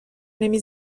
نمی